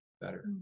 better